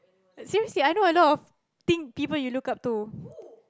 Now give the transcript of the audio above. seriously I know a lot of thin people you look up to